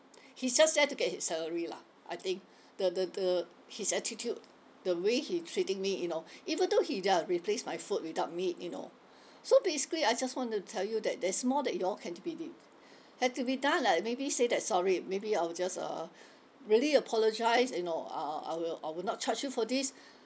he's just there to get his salary lah I think the the the his attitude the way he treating me you know even though he uh replaced my food without meat you know so basically I just want to tell you that there's more that you all can be de~ had to be done lah maybe say that sorry maybe I'll just uh really apologise you know uh I will I will not charge you for this